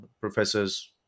professors